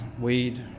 weed